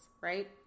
right